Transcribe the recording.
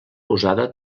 usada